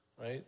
Right